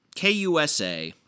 KUSA